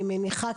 אני מניחה,